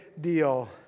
deal